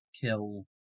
kill